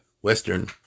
Western